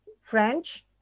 French